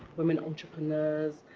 women entrepreneurs,